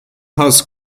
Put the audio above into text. has